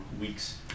weeks